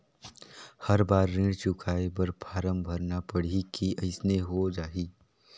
हर बार ऋण चुकाय बर फारम भरना पड़ही की अइसने हो जहीं?